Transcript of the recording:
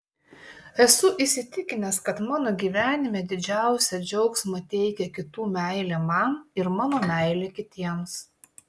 esu įsitikinęs kad mano gyvenime didžiausią džiaugsmą teikia kitų meilė man ir mano meilė kitiems